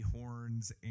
horns